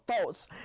thoughts